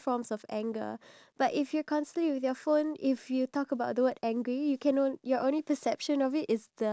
I feel like it's a good idea for you to implement group chats when it comes to games so that